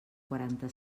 quaranta